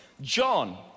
John